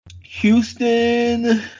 Houston